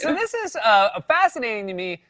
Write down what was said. and this is ah fascinating to me.